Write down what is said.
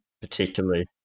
Particularly